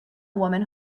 woman